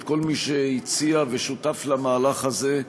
את כל מי שהציע ושותף למהלך הזה.